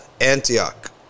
Antioch